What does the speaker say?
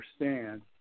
understand